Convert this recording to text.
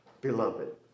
beloved